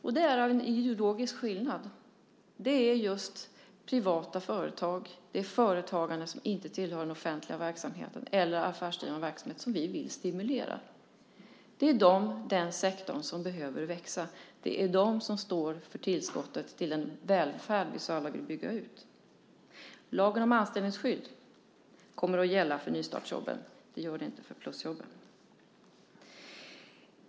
Det beror på en ideologisk skillnad. Det är just privata företag, företagarna som inte tillhör den offentliga verksamheten, eller affärsdrivande verksamhet som vi vill stimulera. Det är den sektorn som behöver växa. Det är den som står för tillskotten till den välfärd vi alla så gärna vill bygga ut. Lagen om anställningsskydd kommer att gälla för nystartsjobben. Det gör den inte för plusjobben.